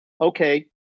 okay